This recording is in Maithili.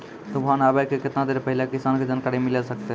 तूफान आबय के केतना देर पहिले किसान के जानकारी मिले सकते?